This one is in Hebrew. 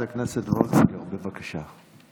חברת הכנסת וולדיגר, בבקשה.